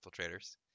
Infiltrators